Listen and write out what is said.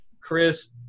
chris